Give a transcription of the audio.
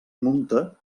munta